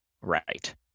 right